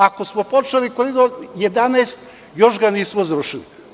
Ako smo počeli Koridor 11, još ga nismo završili.